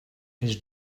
his